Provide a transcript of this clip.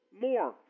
more